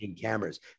cameras